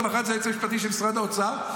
למוחרת זה היועץ המשפטי של משרד האוצר,